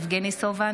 יבגני סובה,